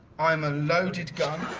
i'm a loaded gunn